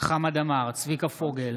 אינה נוכחת חמד עמאר, אינו נוכח צביקה פוגל,